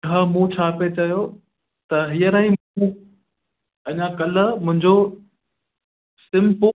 हा मूं छा पिए चयो त हींअर ई मूं अञा कल्ह मुंहिंजो सिम